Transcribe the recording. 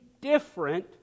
different